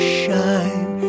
shine